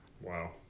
Wow